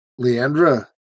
Leandra